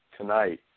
tonight